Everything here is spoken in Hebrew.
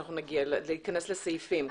להיכנס לסעיפים.